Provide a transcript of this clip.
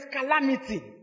calamity